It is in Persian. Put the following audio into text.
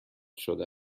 شده